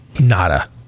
Nada